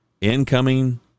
incoming